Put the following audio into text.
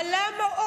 אבל למה,